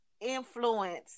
influence